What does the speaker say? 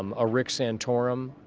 um a rick santorum,